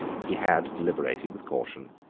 he had deliberated with caution,